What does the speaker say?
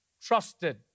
trusted